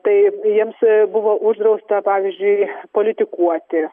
tai jiems buvo uždrausta pavyzdžiui politikuoti